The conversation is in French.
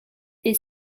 est